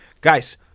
Guys